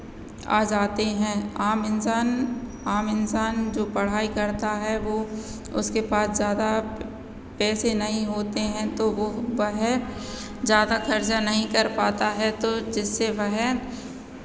आ जाते हैं आम इंसान आम इंसान जो पढ़ाई करता है वो उसके पास ज़्यादा प पैसे नहीं होते हैं तो वो वह ज़्यादा खर्चा नहीं कर पाता है तो जिससे वह